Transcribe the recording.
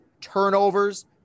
turnovers